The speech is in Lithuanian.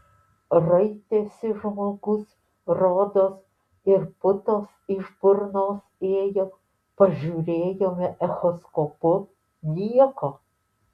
raitėsi žmogus rodos ir putos iš burnos ėjo pažiūrėjome echoskopu nieko